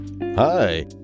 Hi